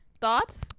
Thoughts